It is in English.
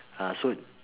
ah so